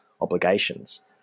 obligations